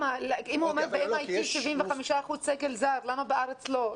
אם הוא אומר שב-MIT 75% סגל זר למה בארץ לא?